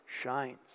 shines